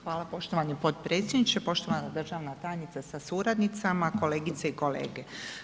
Hvala poštovani potpredsjedniče, poštovana državna tajnice sa suradnicama, kolegice i kolege.